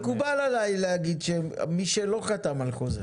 מקובל עלי להגיד שלקוחות שלא חתמו על חוזה